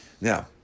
now